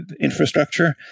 infrastructure